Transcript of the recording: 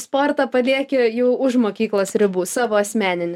sportą palieki jau už mokyklos ribų savo asmeninį